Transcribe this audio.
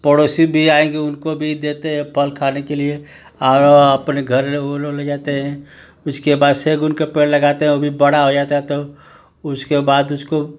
पड़ोसी भी आएंगे उनको भी देते हैं फल खाने के लिए अर अपने घर उलो ले जाते है उसके बाद् सैगुन का पेड़ लगाते हैं वो भी बड़ा हो जाता वो उसके बाद उसको